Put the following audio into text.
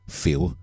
feel